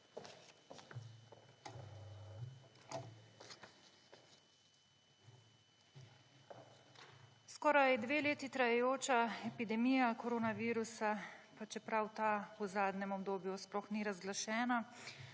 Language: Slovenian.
Skoraj 2 leti trajajoča epidemija koronavirusa, pa čeprav ta v zadnjem obdobju sploh ni razglašena,